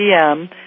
PM